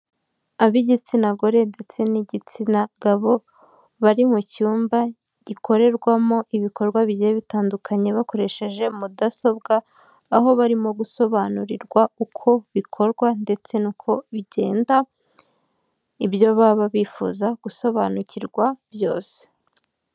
Ab'igitsina gore ndetse n'igitsina gabo bari mu cyumba gikorerwamo ibikorwa bigiye bitandukanye bakoresheje mudasobwa, aho barimo gusobanurirwa uko bikorwa ndetse nuko bigenda, ibyo baba bifuza gusobanukirwa byose.